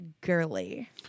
girly